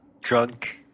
drunk